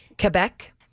Quebec